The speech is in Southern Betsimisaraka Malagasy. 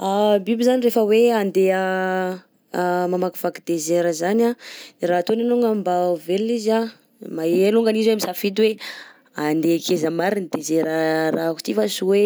Biby zany rehefa hoe andeha mamakivaky désert zany anh, ny raha ataony alongany mba ho velona izy anh mahay alongany izy hoe misafidy hoe andeha akaiza marina désert arahako ty fa sy hoe